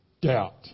doubt